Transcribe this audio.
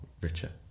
richer